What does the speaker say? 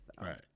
right